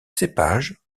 cépages